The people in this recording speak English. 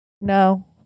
No